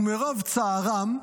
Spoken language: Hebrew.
ומרוב צערם",